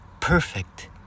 perfect